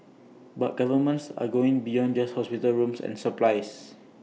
but governments are going beyond just hospital rooms and supplies